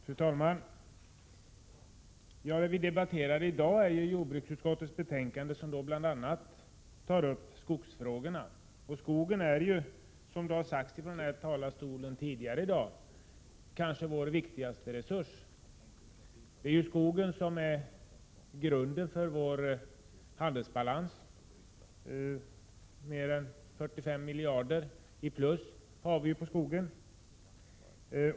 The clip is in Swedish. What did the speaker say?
Fru talman! Vi debatterar i dag jordbruksutskottets betänkande nr 77, som bl.a. tar upp skogsfrågorna. Skogen är, som det har sagts tidigare i dag, kanske vår viktigaste resurs. Skogen är grunden för vår handelsbalans-— vi har i dag ett överskott på mer än 45 miljarder när det gäller skogen.